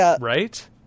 right